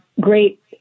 great